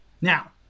Now